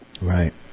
Right